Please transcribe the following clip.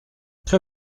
très